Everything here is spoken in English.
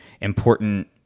important